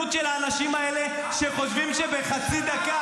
איפה הצניעות של האנשים האלה שחושבים שבחצי דקה,